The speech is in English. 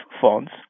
fonts